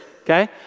okay